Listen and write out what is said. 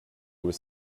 was